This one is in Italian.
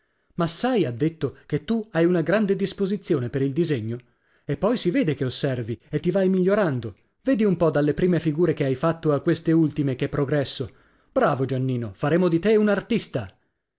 ma sai ha detto che tu hai una grande disposizione per il disegno e poi si vede che osservi e ti vai migliorando vedi un po dalle prime figure che hai fatto a queste ultime che progresso bravo giannino faremo di te un artista